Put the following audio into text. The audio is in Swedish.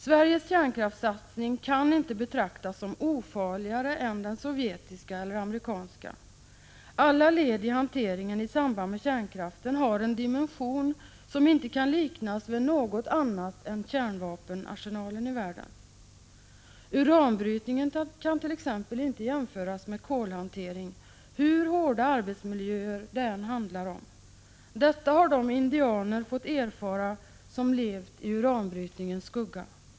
Sveriges kärnkraftssatsning kan inte anses vara mindre farlig än den sovjetiska eller den amerikanska. Alla led i hanteringen i samband med kärnkraften har en dimension som inte kan liknas vid något annat än kärnvapenarsenalen i världen. Uranbrytningen kan t.ex. inte jämföras med kolhanteringen hur hårda arbetsmiljöer det än är fråga om. Detta har de indianer fått erfara som har levt i uranbrytningens skugga.